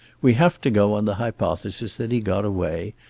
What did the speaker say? we have to go on the hypothesis that he got away,